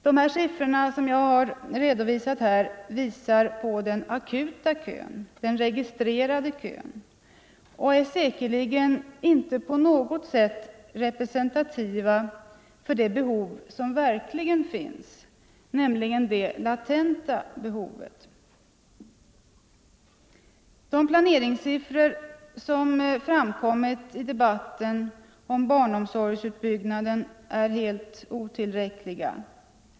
De siffror som jag har redovisat visar på den akuta kön, den registrerade kön, och är säkerligen inte på något sätt representativa för det behov som verkligen finns, nämligen det latenta behovet. Nr 122 De planeringssiffror som framkommit i debatten om barnomsorgsut Torsdagen den byggnaden är helt otillräckliga.